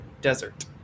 desert